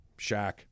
Shaq